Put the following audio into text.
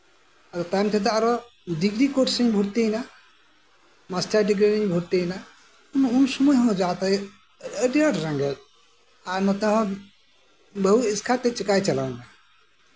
ᱟᱫᱚ ᱛᱟᱭᱚᱢ ᱛᱮᱫᱚ ᱰᱤᱜᱽᱨᱤ ᱠᱳᱨᱥ ᱤᱧ ᱵᱷᱚᱨᱛᱤᱭᱮᱱᱟ ᱢᱟᱥᱴᱟᱨ ᱰᱤᱜᱽᱨᱤ ᱨᱤᱧ ᱵᱷᱚᱨᱛᱤᱭᱮᱱᱟ ᱩᱱ ᱥᱚᱢᱚᱭᱦᱚᱸ ᱡᱟᱛᱟ ᱟᱹᱰᱤ ᱟᱸᱴ ᱨᱮᱸᱜᱮᱪ ᱟᱨ ᱱᱚᱛᱮ ᱦᱚᱸ ᱵᱟᱹᱦᱩ ᱮᱥᱠᱟᱨ ᱛᱮ ᱪᱤᱠᱟᱭ ᱪᱟᱞᱟᱣᱫᱟ